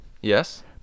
Yes